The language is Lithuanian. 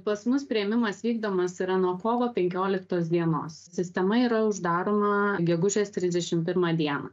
pas mus priėmimas vykdomas yra nuo kovo penkioliktos dienos sistema yra uždaroma gegužės trisdešim pirmą dieną